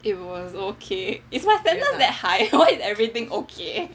it was okay is my standard that high why is everything okay